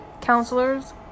counselors